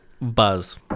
Buzz